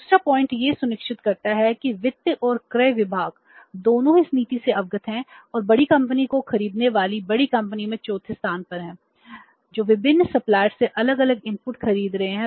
दूसरा बिंदु से अलग अलग इनपुट खरीद रही है